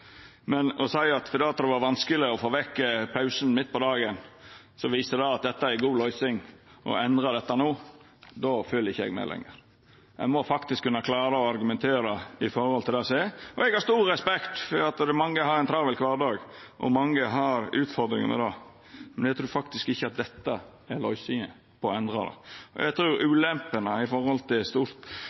Men å seia at det at det var vanskeleg å få vekk pausen midt på dagen, viser at det er ei god løysing å endra dette no – då følgjer ikkje eg med lenger. Ein må faktisk kunna klara å argumentera ut frå det som er. Eg har stor respekt for at mange har ein travel kvardag og har utfordringar med det. Men eg trur faktisk ikkje at dette er løysinga for å endra på dette. Eg trur ulempene i forhold til